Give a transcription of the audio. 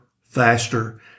faster